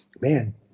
man